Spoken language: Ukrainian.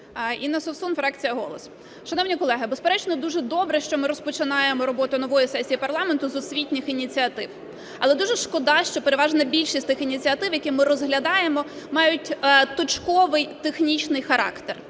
Інна Совсун, фракція "Голос". Шановні колеги, безперечно, дуже добре, що ми розпочинаємо роботу нової сесії парламенту з освітніх ініціатив. Але дуже шкода, що переважна більшість тих ініціатив, які ми розглядаємо мають точковий, технічний характер.